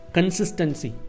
Consistency